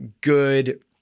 good